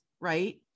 right